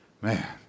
Man